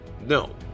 No